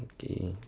okay